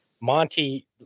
Monty